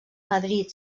madrid